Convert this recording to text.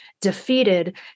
defeated